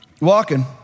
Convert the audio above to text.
walking